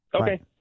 Okay